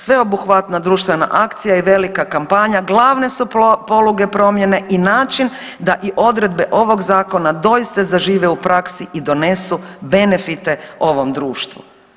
Sveobuhvatna društvena akcija i velika kampanja glavne su poluge promjene i način da i odredbe ovog zakona doista zažive u praksi i donesu benefite ovom društvu.